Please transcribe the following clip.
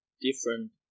different